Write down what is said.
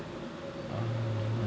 mm